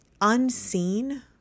unseen